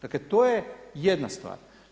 Dakle to je jedna stvar.